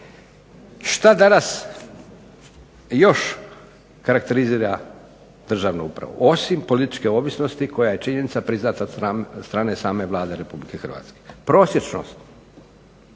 Šta danas još karakterizira državnu upravu? Osim političke ovisnosti koja je činjenica priznata od strane same Vlade Republike Hrvatske? Prosječnost.